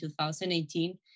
2018